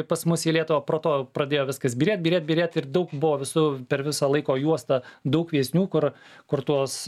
pas mus į lietuvą pro to pradėjo viskas byrėt byrėt byrėt ir daug buvo visų per visą laiko juostą daug vyresnių kur kur tuos